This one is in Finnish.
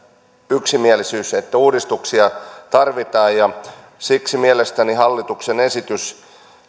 yksimielisyys uudistuksia tarvitaan siksi mielestäni hallituksen esitys